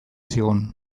zigun